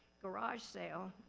garage sale,